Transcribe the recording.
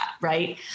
Right